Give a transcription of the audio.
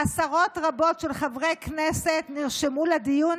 עשרות רבות של חברי כנסת נרשמו לדיון